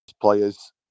players